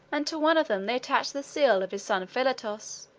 and to one of them they attached the seal of his son philotas,